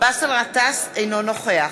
באסל גטאס, אינו נוכח